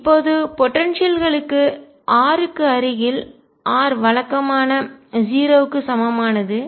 இப்போது போடன்சியல் களுக்கு ஆற்றல் r க்கு அருகில் r வழக்கமான 0 க்கு சமமானது